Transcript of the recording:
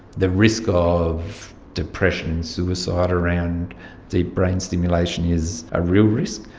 the risk ah of depression and suicide around deep brain stimulation is a real risk.